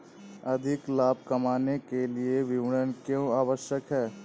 अधिक लाभ कमाने के लिए विपणन क्यो आवश्यक है?